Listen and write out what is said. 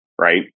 right